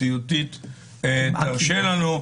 -- ככל שהמציאות והמסגרת המציאותית תרשה לנו,